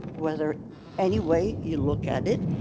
whether any way you look at it.